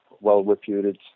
well-reputed